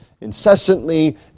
incessantly